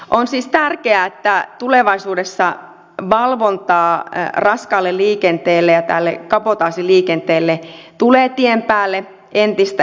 on siis tärkeää että tulevaisuudessa valvontaa raskaalle liikenteelle ja tälle kabotaasiliikenteelle tulee tien päälle entistä enemmän